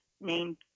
named